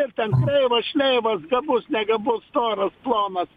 ir ten kreivas šleivas gabus negabus storas plonas